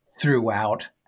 throughout